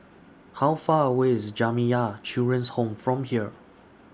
How Far away IS Jamiyah Children's Home from here